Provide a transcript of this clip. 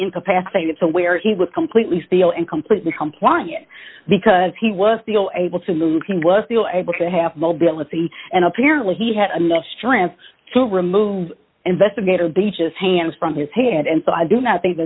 incapacitated to where he was completely steel and completely compliant because he was able to move he was able to have mobility and apparently he had enough strength to remove investigator beeches hands from his hand and so i do not think